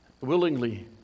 willingly